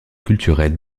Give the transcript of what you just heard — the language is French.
culturels